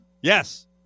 Yes